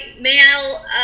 male